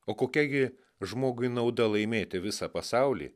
o kokia gi žmogui nauda laimėti visą pasaulį